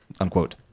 unquote